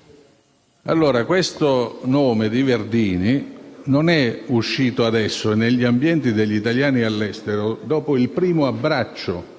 Verdini". Il nome di Verdini non è uscito adesso; negli ambienti degli italiani all'estero, dopo il primo abbraccio